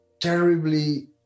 terribly